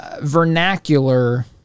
vernacular